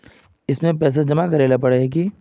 इसमें पैसा जमा करेला पर है की?